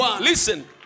listen